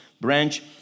branch